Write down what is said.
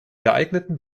geeigneten